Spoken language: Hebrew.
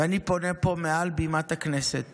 ואני פונה פה מעל בימת הכנסת